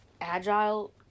agile